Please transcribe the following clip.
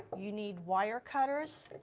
you need wire cutters,